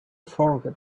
forget